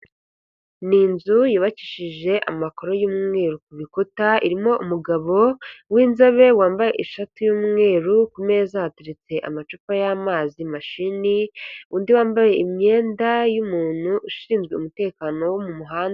Ni inzu yubakishije amakaro y'umweru ku rukuta, irimo umugabo w'inzobe wambaye ishati y'umweru, ku meza hateretse amacupa y'amazi, mashini, undi wambaye imyenda y'umuntu ushinzwe umutekano wo mu muhanda.